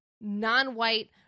non-white